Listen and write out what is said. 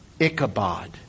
Ichabod